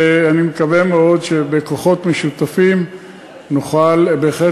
ואני מקווה מאוד שבכוחות משותפים נוכל בהחלט